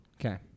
Okay